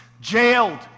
jailed